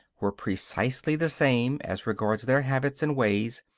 were precisely the same, as regards their habits and ways,